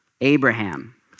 Abraham